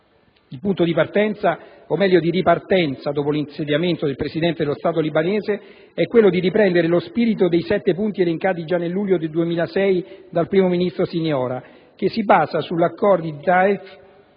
o meglio di ripartenza, dopo l'insediamento del Presidente dello Stato libanese, è quello di riprendere lo spirito dei sette punti elencati già nel luglio 2006 dal primo ministro Siniora, che si basa sugli Accordi di